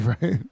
right